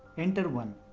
enter one.